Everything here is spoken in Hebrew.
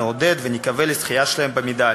נעודד ונקווה לזכייה שלהם במדליה.